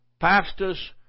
pastors